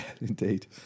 indeed